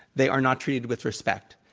they are not treated with respect.